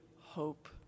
hope